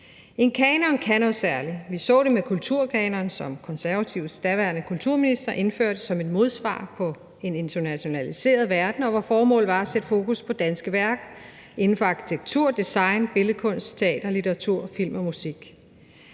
En kanon kan noget særligt. Vi så det med kulturkanon, som De Konservatives daværende kulturminister indførte som et modsvar på en internationaliseret verden, og hvor formålet var at sætte fokus på danske værker inden for arkitektur, design, billedkunst, teater, litteratur, film og musik.